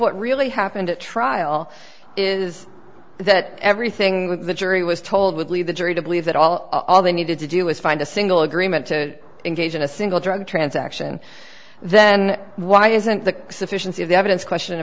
what really happened at trial is that everything with the jury was told would lead the jury to believe that all they needed to do was find a single agreement to engage in a single drug transaction then why isn't the sufficiency of the evidence question